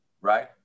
Right